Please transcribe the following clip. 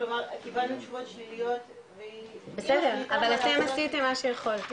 כלומר קיבלנו תשובות שליליות ------ אבל אתם עשיתם מה שיכולתם,